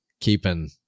keeping